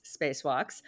spacewalks